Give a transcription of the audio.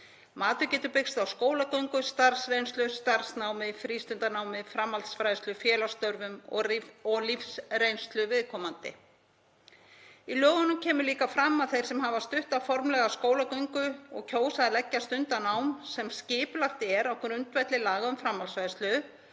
Matið getur byggst á skólagöngu, starfsreynslu, starfsnámi, frístundanámi, framhaldsfræðslu, félagsstörfum og lífsreynslu viðkomandi. Í lögunum kemur líka fram að þeir sem hafa stutta formlega skólagöngu og kjósa að leggja stund á nám sem skipulagt er á grundvelli laga um framhaldsfræðslu